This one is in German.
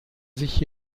sich